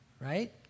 right